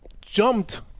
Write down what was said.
jumped